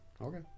Okay